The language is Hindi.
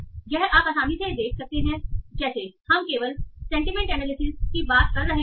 और यह आप आसानी से देख सकते हैं जैसे हम केवल सेंटीमेंट एनालिसिस की बात कर रहे हैं